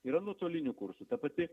yra nuotolinių kursų ta pati